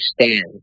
understand